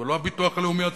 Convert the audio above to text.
ולא הביטוח הלאומי עצמו.